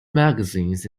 magazines